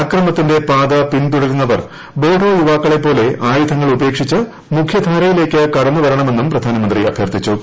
അക്രമത്തിന്റെ പാത പിന്തുടരുന്നവർ ബോഡോ യുവാക്കളെപ്പോലെ ആയുധങ്ങൾ ് ഉപേക്ഷിച്ച് മുഖ്യധാരയിലേക്ക് കടന്നു വരണമെന്നും പ്രധാനമന്ത്രി അഭ്യർത്ഥിച്ചു